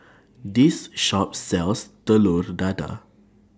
This Shop sells Telur Dadah